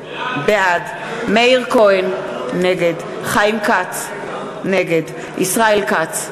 בעד מאיר כהן, נגד חיים כץ, נגד ישראל כץ,